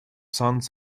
sants